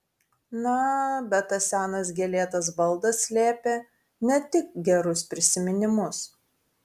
na bet tas senas gėlėtas baldas slėpė ne tik gerus prisiminimus